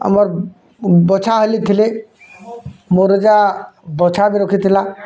ଆମର୍ ବଛା ହଲି ଥିଲେ ମୋର୍ ଅଜା ବଛା ବି ରଖିଥିଲା